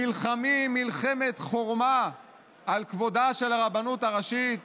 נלחמים מלחמת חורמה על כבודה של הרבנות הראשית.